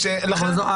אבל,